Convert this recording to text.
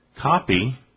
copy